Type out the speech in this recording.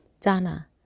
Dana